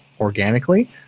organically